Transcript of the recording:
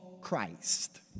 Christ